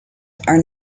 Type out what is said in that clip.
are